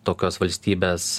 tokios valstybės